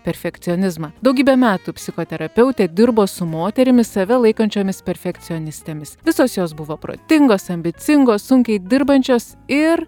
perfekcionizmą daugybę metų psichoterapeutė dirbo su moterimis save laikančiomis perfekcionistėmis visos jos buvo protingos ambicingos sunkiai dirbančios ir